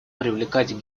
привлекать